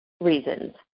reasons